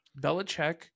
Belichick